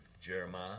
Jeremiah